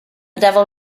devil